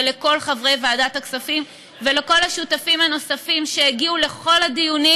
ולכל חברי ועדת הכספים ולכל השותפים הנוספים שהגיעו לכל הדיונים,